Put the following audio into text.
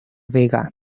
vega